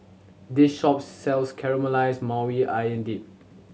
this shop sells Caramelized Maui Onion Dip